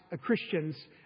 Christians